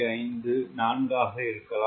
5 4 ஆக இருக்கலாம்